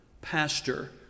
pastor